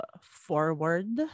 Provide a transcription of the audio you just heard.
forward